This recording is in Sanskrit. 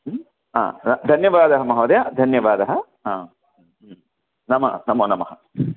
द धन्यवादः महोदय धन्यवादः नमो नमो नमः